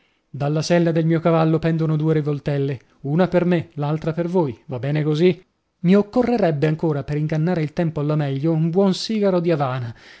dalla sella del mio cavallo pendono due rivoltelle una per me l'altra per voi va bene così mi occorrerebbe ancora per ingannare il tempo alla meglio un buon sigaro di avana